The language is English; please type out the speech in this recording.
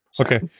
Okay